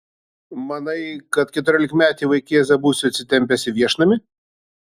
manai kad keturiolikmetį vaikėzą būsiu atsitempęs į viešnamį